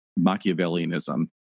Machiavellianism